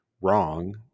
wrong